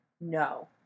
No